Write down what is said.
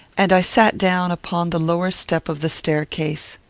and i sat down upon the lower step of the staircase.